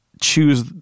choose